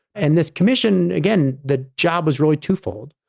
and this commission, again, the job was really twofold.